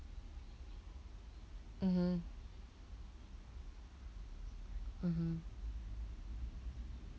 mmhmm mmhmm